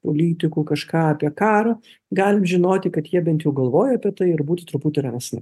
politikų kažką apie karą galim žinoti kad jie bent jau galvoja apie tai ir būti truputi ramesni